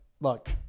look